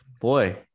boy